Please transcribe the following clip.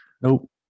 Nope